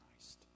Christ